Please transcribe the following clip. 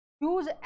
use